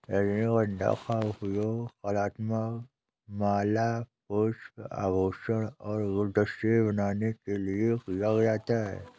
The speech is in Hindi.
रजनीगंधा का उपयोग कलात्मक माला, पुष्प, आभूषण और गुलदस्ते बनाने के लिए किया जाता है